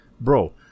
bro